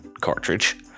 cartridge